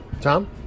Tom